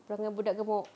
ramai budak gemuk